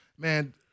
Man